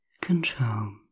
control